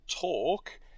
Talk